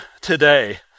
today